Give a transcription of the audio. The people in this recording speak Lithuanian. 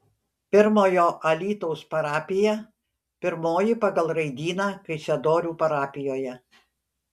pirmojo alytaus parapija pirmoji pagal raidyną kaišiadorių parapijoje